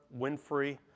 Winfrey